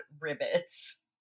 rivets